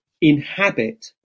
inhabit